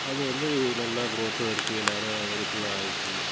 அது வந்து நல்லா க்ரோத்தும் இருக்குது எல்லாரும் வெரிஃபையும் ஆயிடுச்சு